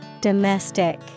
Domestic